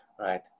Right